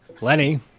Lenny